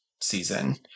season